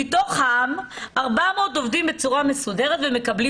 מתוכם 400 עובדים בצורה מסודרת ומקבלים